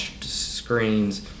screens